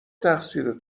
تقصیر